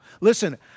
Listen